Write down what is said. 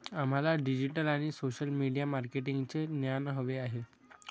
आम्हाला डिजिटल आणि social media मार्केटिंगचे ज्ञान हवे आहे